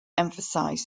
emphasize